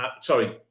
Sorry